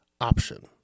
option